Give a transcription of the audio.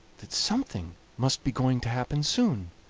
that something must be going to happen soon.